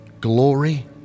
Glory